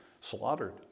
slaughtered